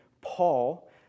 Paul